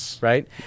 right